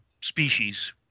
species